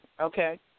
okay